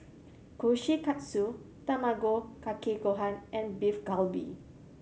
Kushikatsu Tamago Kake Gohan and Beef Galbi